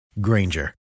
Granger